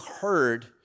heard